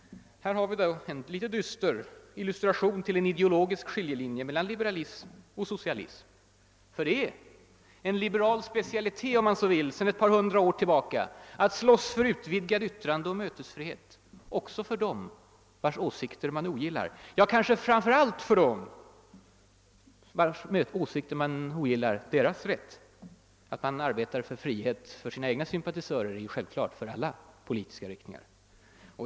Här har vi en ganska dyster illustration av en ideologisk skiljelinje mellan liberalism och socialism. Det är, om man så vill, en liberal specialitet sedan ett par hundra år tillbaka att slåss för vidgad yttrandeoch mötesfrihet också för dem vilkas åsikter man ogillar — ja, kanske framför allt för dem; att man arbetar för frihet för sina egna sympatisörer är självklart för alla politiska riktningar.